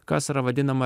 kas yra vadinama